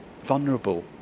vulnerable